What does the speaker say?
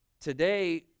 Today